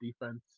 defense